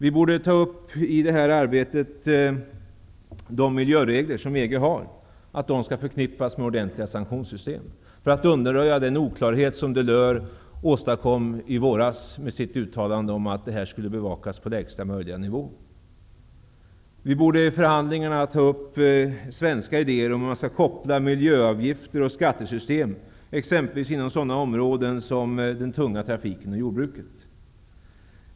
I det här arbetet borde vi ta upp att de miljöregler som EG har skall förknippas med ordentliga sanktionssystem, för att undanröja den oklarhet som Delors åstadkom i våras med sitt uttalande: Det här skall bevakas på lägsta möjliga nivå. Vi borde i förhandlingarna ta upp svenska idéer om hur miljöavgifter och skatter kan kopplas till exempelvis sådana områden som den tunga trafiken och jordbruket.